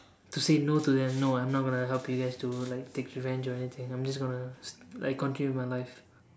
to say no to them no I'm not gonna help you you have to like take revenge or anything I'm just gonna like continue with my life